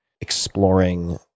exploring